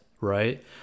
right